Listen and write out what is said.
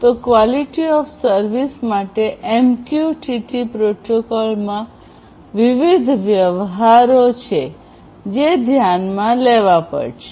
તો QoS માટે MQTT પ્રોટોકોલમાં વિવિધ વ્યવહારો છે જે ધ્યાનમાં લેવા પડશે